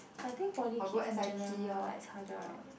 but I think poly kids in general like it's harder right